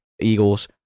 Eagles